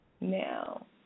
now